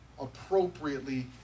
appropriately